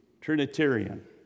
Trinitarian